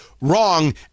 wrong